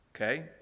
Okay